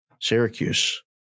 Syracuse